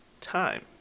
time